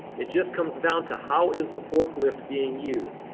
it just comes down to how is the forklift being used?